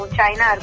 China